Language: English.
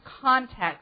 context